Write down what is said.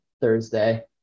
Thursday